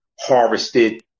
harvested